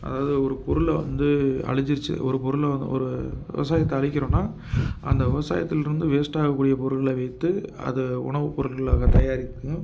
அதாவது ஒரு பொருள்ல வந்து அழிஞ்சிருச்சு ஒரு பொருளை ஒரு விவசாயத்தை அழிக்கறோன்னா அந்த விவசாயத்தில் இருந்து வேஸ்ட்டாகக்கூடிய பொருளை வைத்து அது உணவு பொருட்களாக தயாரித்து